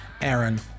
Aaron